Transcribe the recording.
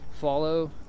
follow